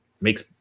makes